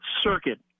circuit